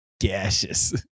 gaseous